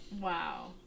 Wow